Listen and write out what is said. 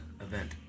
event